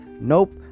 Nope